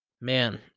man